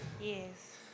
Yes